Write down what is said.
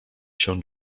się